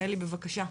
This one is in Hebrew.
בבקשה.